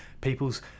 people's